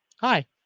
Hi